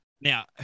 Now